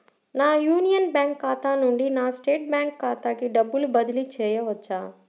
నా Union Bank ఖాతా నుండి నా స్టేట్ బ్యాంకు ఖాతాకి డబ్బు బదిలి చేయవచ్చా?